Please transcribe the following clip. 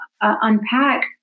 unpack